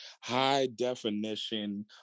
high-definition